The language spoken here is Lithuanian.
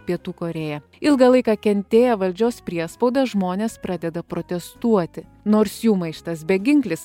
pietų korėja ilgą laiką kentėję valdžios priespaudą žmonės pradeda protestuoti nors jų maištas beginklis